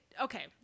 Okay